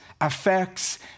affects